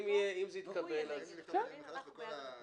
אם זה יתקבל --- לפתוח מחדש את כל ההסתייגויות.